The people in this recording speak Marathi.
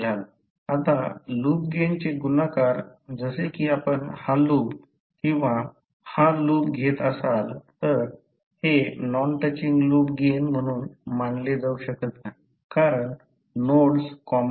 आता लूप गेनचे गुणाकार जसे की आपण हा लूप आणि हा लूप घेत असाल तर हे नॉन टचिंग लूप गेन म्हणून मानले जाऊ शकत नाही कारण नोड्स कॉमन आहेत